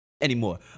anymore